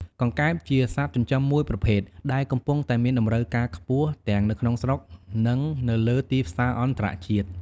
កង្កែប ជាសត្វចិញ្ចឹមមួយប្រភេទដែលកំពុងតែមានតម្រូវការខ្ពស់ទាំងនៅក្នុងស្រុក និងនៅលើទីផ្សារអន្តរជាតិ។